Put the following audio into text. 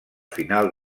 final